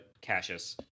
Cassius